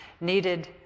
needed